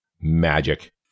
magic